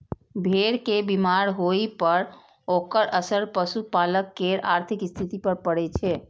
भेड़ के बीमार होइ पर ओकर असर पशुपालक केर आर्थिक स्थिति पर पड़ै छै